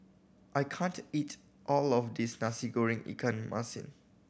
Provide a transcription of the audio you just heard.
I can't eat all of this Nasi Goreng ikan masin